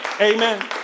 Amen